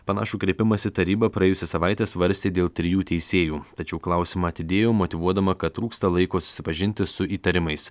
panašų kreipimąsi taryba praėjusią savaitę svarstė dėl trijų teisėjų tačiau klausimą atidėjo motyvuodama kad trūksta laiko susipažinti su įtariamais